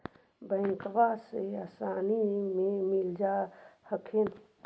बैंकबा से आसानी मे मिल जा हखिन?